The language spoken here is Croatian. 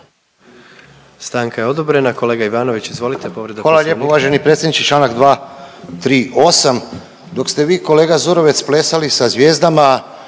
Stanka je odobrena. Kolega Ivanović izvolite povreda poslovnika.